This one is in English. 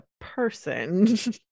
person